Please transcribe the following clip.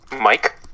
Mike